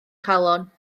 chalon